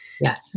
Yes